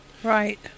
Right